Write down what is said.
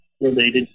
related